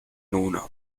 uno